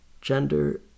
gender